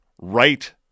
right